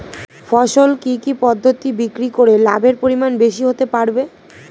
ফসল কি কি পদ্ধতি বিক্রি করে লাভের পরিমাণ বেশি হতে পারবে?